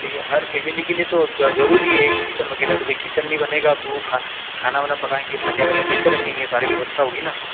भैया हर फेमिली के लिए तो ज़रूरी है किचेन वगैरह तो भई किचन नहीं बनेगा तो वह खा खाना वाना पकाएंगे थालियाँ वालियाँ कैसे रखेंगे सारी व्यवस्था होगी ना